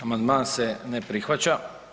Amandman se ne prihvaća.